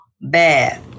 bad